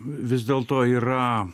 vis dėlto yra